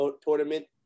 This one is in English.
Tournament